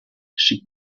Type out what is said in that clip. sheet